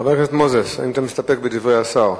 חבר הכנסת מוזס, האם אתה מסתפק בדברי השר?